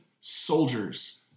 soldiers